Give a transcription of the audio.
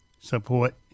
support